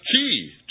key